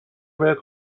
بهت